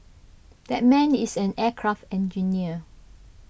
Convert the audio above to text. that man is an aircraft engineer